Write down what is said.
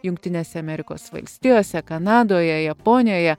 jungtinėse amerikos valstijose kanadoje japonijoje